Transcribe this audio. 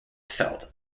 felt